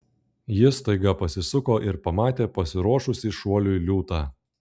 jis staiga pasisuko ir pamatė pasiruošusį šuoliui liūtą